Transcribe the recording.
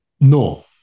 No